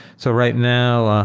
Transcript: so right now,